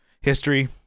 history